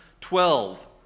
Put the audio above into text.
Twelve